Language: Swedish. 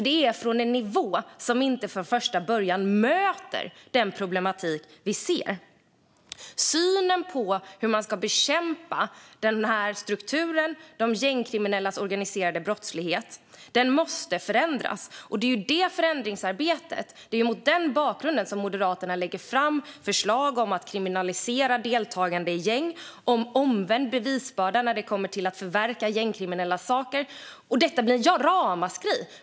De utgår från en nivå som inte från första början är tillräcklig för att möta den problematik vi ser. Synen på hur man ska bekämpa den här strukturen, de gängkriminellas organiserade brottslighet, måste förändras. Det är mot bakgrund av detta förändringsarbete som Moderaterna lägger fram förslag om att kriminalisera deltagande i gäng och om omvänd bevisbörda när det gäller att förverka gängkriminellas saker. Och om detta blir det ramaskri.